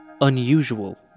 unusual